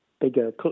bigger